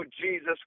Jesus